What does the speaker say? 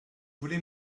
voulez